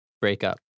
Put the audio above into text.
breakup